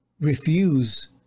refuse